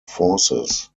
forces